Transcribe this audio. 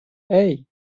hey